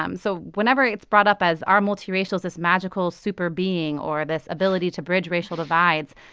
um so whenever it's brought up as are multiracials this magical superbeing or this ability to bridge racial divides?